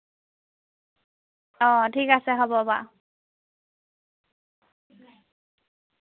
অঁ ঠিক আছে হ'ব বাৰু